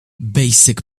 basic